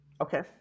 Okay